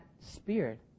spirit